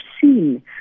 seen